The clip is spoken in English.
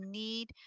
need